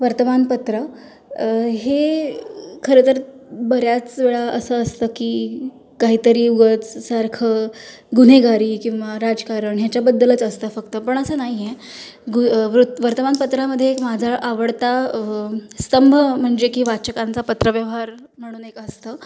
वर्तमानपत्रं हे खरंतर बऱ्याच वेळा असं असतं की काही तरी उगाचसारखं गुन्हेगारी किंवा राजकारण ह्याच्याबद्दलच असतं फक्त पण असं नाही आहे गू वर्तमानपत्रामध्ये एक माझा आवडता स्तंभ म्हणजे की वाचकांचा पत्रव्यवहार म्हणून एक असतं